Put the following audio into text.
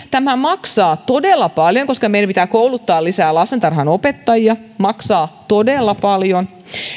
tämä maksaa todella paljon koska meidän pitää kouluttaa lisää lastentarhanopettajia maksaa todella paljon